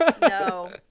No